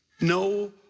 No